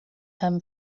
him